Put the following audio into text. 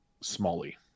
Smalley